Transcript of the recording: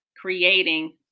creating